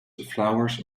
flowers